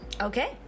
Okay